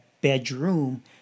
bedroom